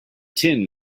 tin